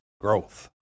growth